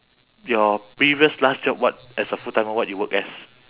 your previous last job what as a full-timer what you work as